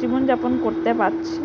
জীবন যাপন করতে পারছি